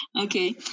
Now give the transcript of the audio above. Okay